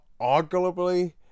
arguably